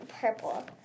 purple